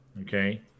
Okay